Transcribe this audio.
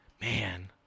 Man